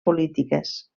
polítiques